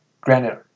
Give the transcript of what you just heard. Granted